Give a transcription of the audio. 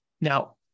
Now